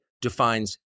defines